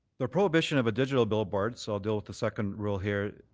the prohibition of a digital billboard, so i'll deal with the second rule here,